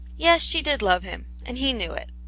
yes, she did love him, and he knew it.